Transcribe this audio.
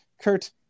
kurt